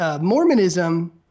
Mormonism